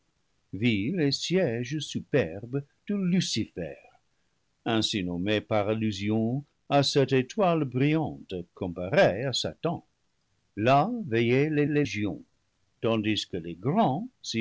et siége superbe de lucifer ainsi nommé par allusion à cette étoile brillante comparée à satan là veillaient les légions tandis que les grands